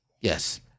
Yes